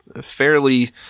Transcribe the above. fairly